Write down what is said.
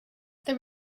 there